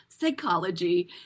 psychology